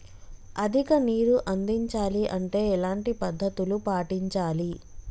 అధిక నీరు అందించాలి అంటే ఎలాంటి పద్ధతులు పాటించాలి?